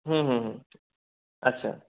হুম হুম হুম আচ্ছা